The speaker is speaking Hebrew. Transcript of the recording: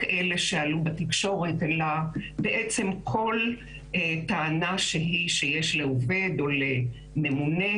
אלה שעלו בתקשורת אלא בעצם כל טענה שהיא שיש לעובד או לממונה,